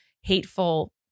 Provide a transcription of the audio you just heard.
hateful